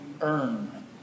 earn